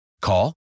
call